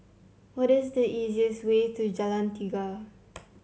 what is the easiest way to Jalan Tiga